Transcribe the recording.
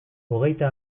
hogeita